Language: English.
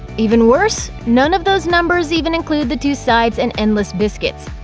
even worse? none of those numbers even include the two sides and endless biscuits.